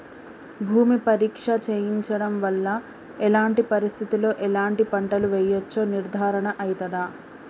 భూమి పరీక్ష చేయించడం వల్ల ఎలాంటి పరిస్థితిలో ఎలాంటి పంటలు వేయచ్చో నిర్ధారణ అయితదా?